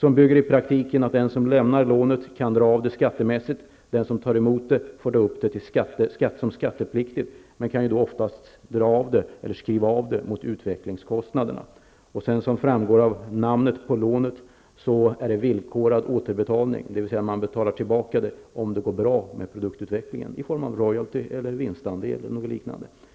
De bygger i praktiken på att den som lämnar lånet kan dra av det skattemässigt och att den som tar emot det får ta upp det som skattepliktigt men oftast kan skriva av det mot utvecklingskostnaderna. Som framgår av namnet på lånet, är det villkorad återbetalning, dvs. man betalar tillbaka det om det går bra med produktutvecklingen, i form av royalty, vinstandel eller något liknande.